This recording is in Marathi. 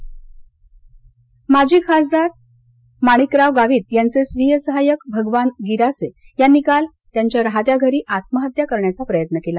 आत्महत्या प्रयत्न माजी खासदार माणिकराव गावित यांचे स्वीय सहाय्यक भगवान गिरासे यांनी काल त्यांच्या राहत्या घरी आत्महत्या करण्याचा प्रयत्न केला